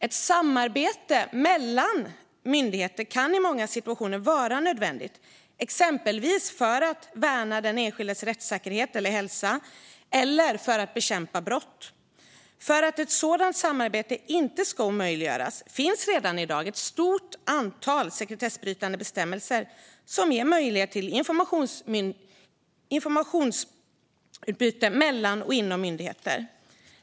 Ett samarbete mellan myndigheter kan i många situationer vara nödvändigt exempelvis för att värna den enskildes rättssäkerhet eller hälsa eller för att bekämpa brott. För att ett sådant samarbete inte ska omöjliggöras finns redan i dag ett stort antal sekretessbrytande bestämmelser som ger möjlighet till informationsutbyte mellan och inom myndigheter.